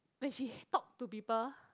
when she talk to people